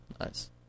Nice